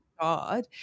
God